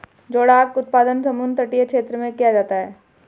जोडाक उत्पादन समुद्र तटीय क्षेत्र में किया जाता है